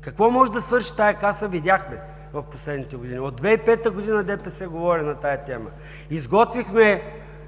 Какво може да свърши тази каса видяхме в последните години. От 2005 г. ДПС говори на тази тема.